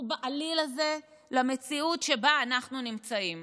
בעליל הזה למציאות שבה אנחנו נמצאים?